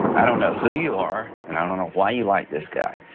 i don't know who you are and i don't know why you like this guy.